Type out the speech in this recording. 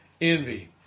Envy